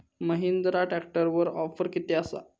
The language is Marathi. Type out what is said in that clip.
महिंद्रा ट्रॅकटरवर ऑफर किती आसा?